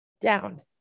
down